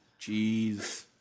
jeez